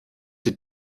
die